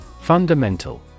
Fundamental